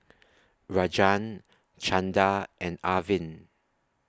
Rajan Chanda and Arvind